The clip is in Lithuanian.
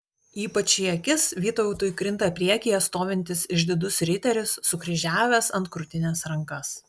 ypač į akis vytautui krinta priekyje stovintis išdidus riteris sukryžiavęs ant krūtinės rankas